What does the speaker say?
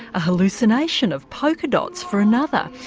a hallucination of polka dots for another.